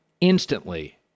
instantly